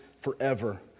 forever